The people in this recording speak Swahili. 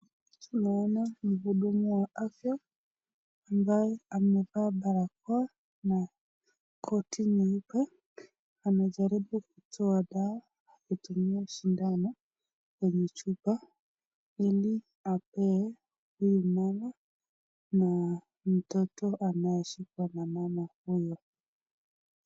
Tunaona mhudumu wa afya ambaye amevaa barakoa na koti nyeupe, anajaribu kutoa dawa akitumia sidano kwenye chupa ili apee huyu mama na mtoto anayeshikwa na mama huyo.